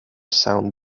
sound